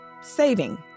saving